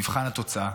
מבחן התוצאה,